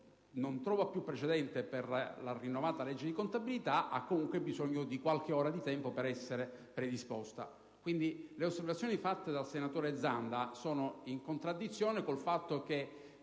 non trova più precedenti per la rinnovata legge di contabilità, ha bisogno di qualche ora di tempo per essere predisposta. Quindi, le osservazioni del senatore Zanda sono in contraddizione con il fatto che